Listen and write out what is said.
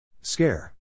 Scare